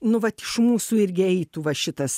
nu vat iš mūsų irgi eitų va šitas